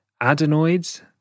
adenoids